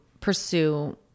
pursue